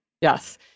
Yes